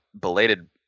belated